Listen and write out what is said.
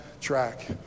track